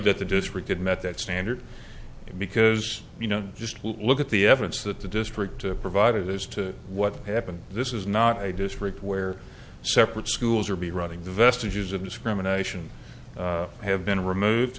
that the disregard met that standard because you know just look at the evidence that the district provided as to what happened this is not a district where separate schools are be running the vestiges of discrimination have been removed